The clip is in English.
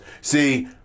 See